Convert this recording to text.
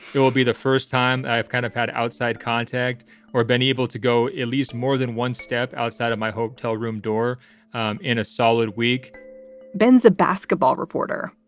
it will be the first time i've kind of had outside contact or been able to go at least more than one step outside of my hotel room door in a solid week ben's a basketball reporter,